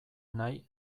nahi